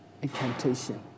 Incantation